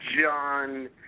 John